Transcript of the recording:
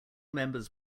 members